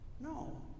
No